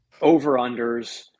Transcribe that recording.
over-unders